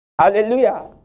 Hallelujah